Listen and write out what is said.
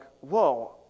whoa